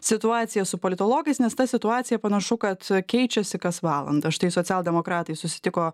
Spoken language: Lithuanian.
situaciją su politologais nes ta situacija panašu kad keičiasi kas valandą štai socialdemokratai susitiko